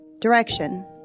Direction